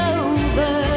over